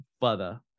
further